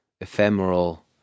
ephemeral